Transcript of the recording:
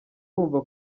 wumva